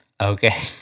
Okay